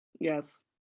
Yes